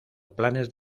planes